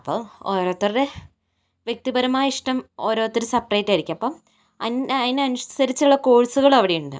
അപ്പോൾ ഓരോരുത്തരുടെ വ്യക്തിപരമായ ഇഷ്ടം ഓരോരുത്തര് സപ്പറേറ്റ് ആയിരിക്കും അപ്പോൾ അതിനനുസരിച്ചുള്ള കോഴ്സുകള് അവിടെ ഉണ്ട്